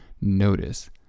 notice